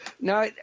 No